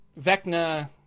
Vecna